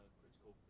critical